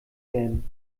werden